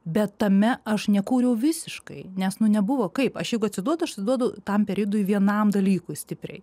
bet tame aš nekūriau visiškai nes nu nebuvo kaip aš jeigu atsiduodu aš atiduodu tam periodui vienam dalykui stipriai